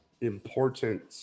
important